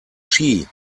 ski